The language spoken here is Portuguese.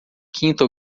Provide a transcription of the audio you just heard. quinta